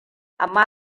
amma